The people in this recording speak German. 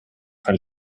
kein